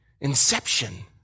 inception